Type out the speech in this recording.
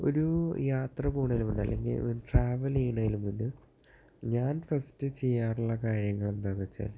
ഒരു യാത്ര പോണേലു മുന്നേ അല്ലെങ്കില് ട്രാവല് ചെയ്യേണ് മുന്നേ ഞാന് ഫസ്റ്റ് ചെയ്യാറുള്ള കാര്യങ്ങൾ എന്താണെന്നു വച്ചാൽ